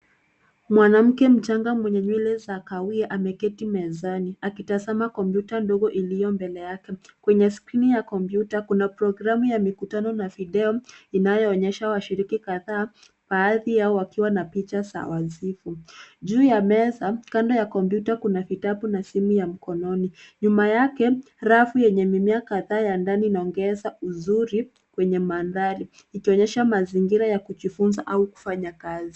Mwanamke mchanga mwenye nywele za kahawia ameketi mezani akitazama kompyuta ndogo iliyo mbele yake. Kwenye skrini ya kompyuta kuna programu ya mikutano na video inayoonyesha washiriki kadhaa, baadhi yao wakiwa na picha za wasifu. Juu ya meza kando ya kompyuta kuna vitabu na simu ya mkononi. Nyuma yake, rafu yenye mimea kadhaa ya ndani inaongeza uzuri kwenye mandhari ikionyesha mazingira ya kujifunza au kufanya kazi.